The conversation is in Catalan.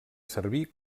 servir